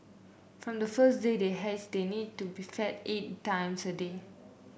from the first day they hatch they need to be fed eight times a day